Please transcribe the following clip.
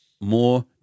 more